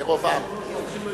ברוב עם.